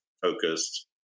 focused